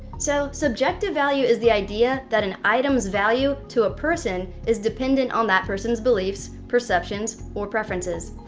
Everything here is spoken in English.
so, subjective value is the idea that an item's value to a person is dependent on that person's beliefs, perceptions, or preferences.